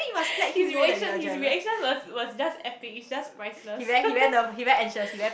his reaction his reaction was was just epic it's just priceless